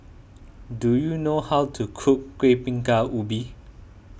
do you know how to cook Kuih Bingka Ubi